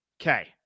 Okay